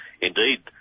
Indeed